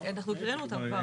הקראנו אותם כבר.